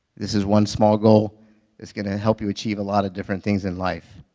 this is one small goal that's going to help you achieve a lot of different things in life.